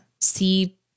see